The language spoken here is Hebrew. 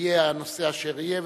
יהיה הנושא אשר יהיה,